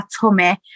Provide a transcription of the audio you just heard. tummy